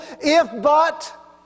if-but